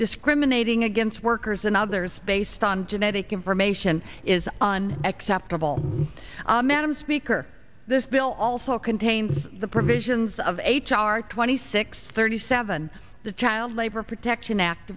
discriminating against workers and others based on genetic information is on acceptable madam speaker this bill also contains the provisions of h r twenty six thirty seven the child labor protection act